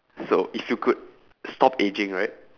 so if you could stop aging right